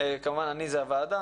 כמובן, אני זה הוועדה